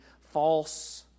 false